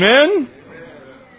amen